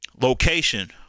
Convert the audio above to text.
location